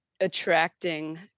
attracting